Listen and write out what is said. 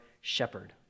shepherd